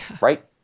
right